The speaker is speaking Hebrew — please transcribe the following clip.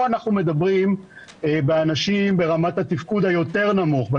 פה אנחנו מדברים על אנשים ברמת התפקוד היותר נמוך,